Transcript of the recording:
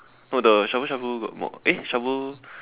no the shabu-shabu got more eh shabu